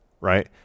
Right